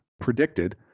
predicted